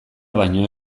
baino